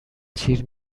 تیر